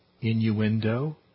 innuendo